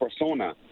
persona